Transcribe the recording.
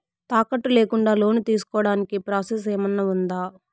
తాకట్టు లేకుండా లోను తీసుకోడానికి ప్రాసెస్ ఏమన్నా ఉందా?